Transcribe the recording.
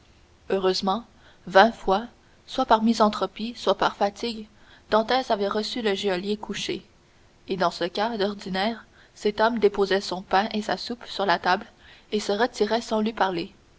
heureusement vingt fois soit par misanthropie soit par fatigue dantès avait reçu le geôlier couché et dans ce cas d'ordinaire cet homme déposait son pain et sa soupe sur la table et se retirait sans lui parler